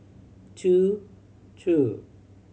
two two